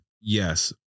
Yes